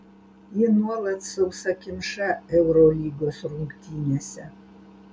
ji nuolat sausakimša eurolygos rungtynėse